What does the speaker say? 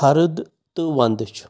ہَرُد تہٕ وَندٕ چھُ